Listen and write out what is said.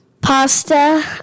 pasta